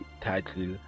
title